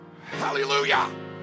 Hallelujah